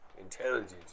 intelligence